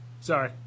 Sorry